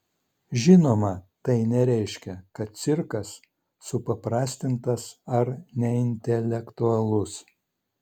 žinoma tai nereiškia kad cirkas supaprastintas ar neintelektualus